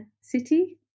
city